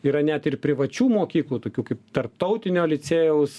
yra net ir privačių mokyklų tokių kaip tarptautinio licėjaus